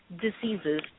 diseases